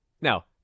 Now